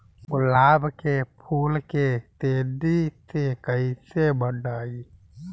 गुलाब के फूल के तेजी से कइसे बढ़ाई?